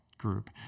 group